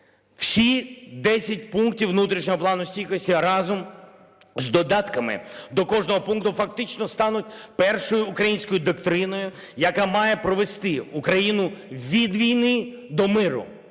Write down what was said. Всі 10 пунктів внутрішнього Плану стійкості разом з додатками до кожного пункту фактично стануть першою українською доктриною, яка має провести Україну від війни до миру.